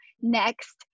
next